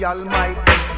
Almighty